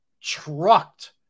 trucked